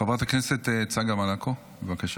חברת הכנסת צגה מלקו, בבקשה.